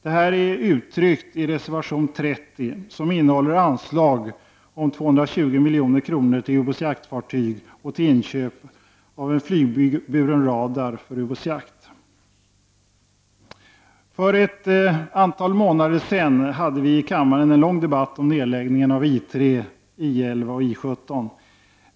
Detta är uttryckt i reservation 30 som innehåller anslag om 220 milj.kr. till ubåtsjaktfartyg och till inköp av en flygburen radar för ubåtsjakt. För ett antal månader sedan hade vi i kammaren en lång debatt om nedläggningen av I3, I11 och I17.